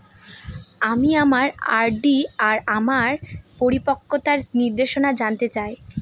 আমি আমার আর.ডি এর আমার পরিপক্কতার নির্দেশনা জানতে চাই